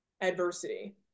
adversity